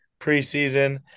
preseason